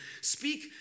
speak